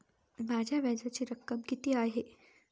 माझ्या व्याजाची रक्कम किती आहे?